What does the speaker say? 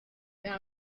and